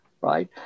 right